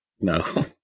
No